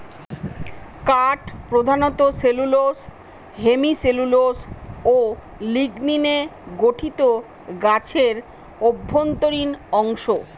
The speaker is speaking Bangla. কাঠ প্রধানত সেলুলোস হেমিসেলুলোস ও লিগনিনে গঠিত গাছের অভ্যন্তরীণ অংশ